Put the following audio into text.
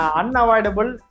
unavoidable